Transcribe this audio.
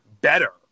better